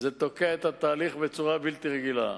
זה תוקע את התהליך בצורה בלתי רגילה.